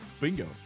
Bingo